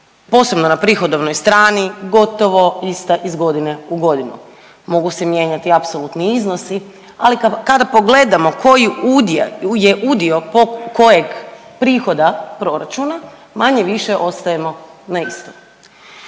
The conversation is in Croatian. posebno na prihodovnoj strani gotovo ista iz godine u godinu. Mogu se mijenjati apsolutni iznosi ali kada pogledamo koji udjel, je udio po kojeg prihoda proračuna, manje-više ostajemo na istom.